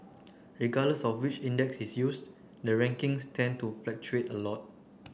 regardless of which index is used the rankings tend to a lot